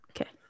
Okay